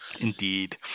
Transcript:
Indeed